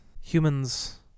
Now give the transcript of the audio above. Humans